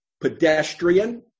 pedestrian